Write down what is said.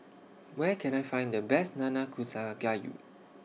Where Can I Find The Best Nanakusa Gayu